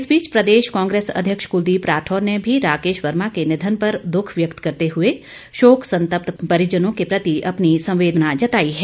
इस बीच प्रदेश कांग्रेस अध्यक्ष कुलदीप राठौर ने भी राकेश वर्मा के निधन पर दुष व्यक्त करते हुए शोक संतप्त परिजनों के प्रति अपनी संवेदना जताई है